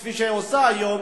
כפי שהיא עושה היום,